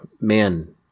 man